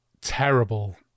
terrible